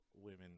Women